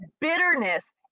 bitterness